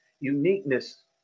uniqueness